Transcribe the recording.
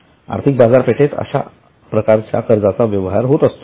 आर्थिक बाजारपेठेत अशा प्रकारच्या कर्जाचा व्यवहार होत असतो